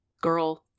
girl